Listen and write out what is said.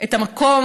את המקום,